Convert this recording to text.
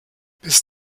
bis